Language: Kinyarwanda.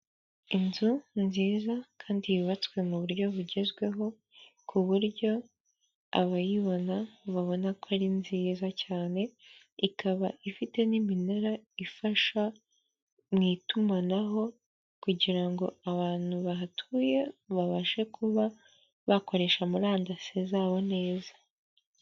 Inzu nziza kandi yubatswe mu buryo bugezweho, ku buryo abayibona babona ko ari nziza cyane, ikaba ifite n'iminara ifasha mu itumanaho kugira ngo abantu bahatuye babashe kuba bakoresha murandasi zabo neza.